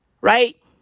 Right